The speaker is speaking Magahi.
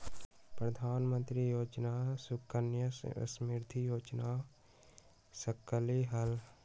प्रधानमंत्री योजना सुकन्या समृद्धि योजना कर सकलीहल?